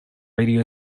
radio